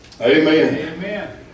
Amen